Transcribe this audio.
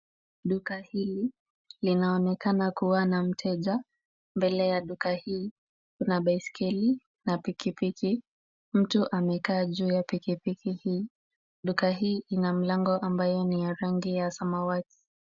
Duka hili linaonekana kuwa na mteja. Mbele ya duka hii, kuna baiskeli na piki piki. Mtu amekaa juu ya piki piki. Duka hii ina mlango ambayo ni ya rangi ya samawati.